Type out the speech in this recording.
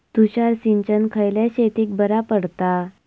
तुषार सिंचन खयल्या शेतीक बरा पडता?